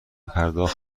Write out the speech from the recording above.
پرداخت